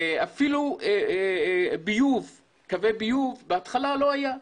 אפילו ביוב, קווי ביוב, בהתחלה לא היה.